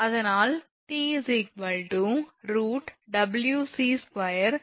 அதனால் 𝑇 √ 𝑊𝑐 2 𝑊𝑠 2